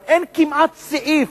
אין כמעט סעיף